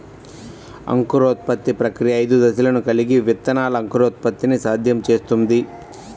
అంకురోత్పత్తి ప్రక్రియ ఐదు దశలను కలిగి విత్తనాల అంకురోత్పత్తిని సాధ్యం చేస్తుంది